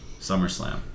SummerSlam